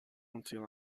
until